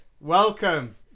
welcome